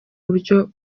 buryo